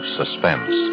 suspense